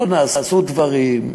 לא נעשו דברים,